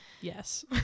Yes